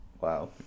wow